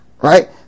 Right